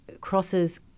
crosses